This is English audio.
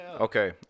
Okay